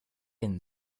and